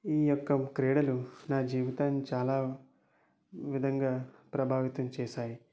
ఈయొక్క క్రీడలు నా జీవితాన్ని చాలా విధంగా ప్రభావితం చేసాయి